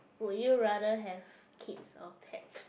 will you rather have kids or cats